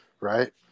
right